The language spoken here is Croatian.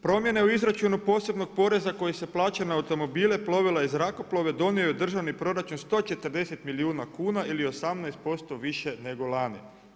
Promjene u izračunu posebnog poreza koji se plaća na automobile, polovila i zrakoplove donio je u državni proračun 140 milijuna kuna ili 18% više nego lani.